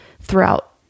throughout